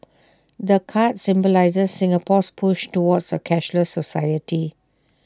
the card symbolises Singapore's push towards A cashless society